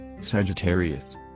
Sagittarius